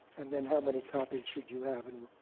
and then how many copies should you have, and